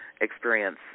experience